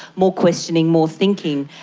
more questioning, more thinking.